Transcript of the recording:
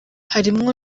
harimwo